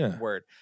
word